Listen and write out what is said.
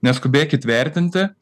neskubėkit vertinti